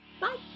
Bye